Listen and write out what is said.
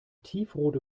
tiefrot